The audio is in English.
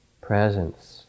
Presence